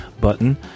button